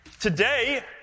Today